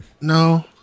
No